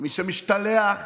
ומי שמשתלח